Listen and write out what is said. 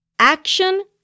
Action